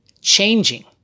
changing